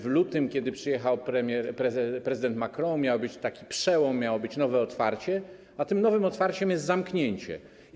W lutym, kiedy przyjechał prezydent Macron, miał być przełom, miało być nowe otwarcie, a tym nowym otwarciem jest zamknięcie.